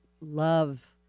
love